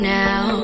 now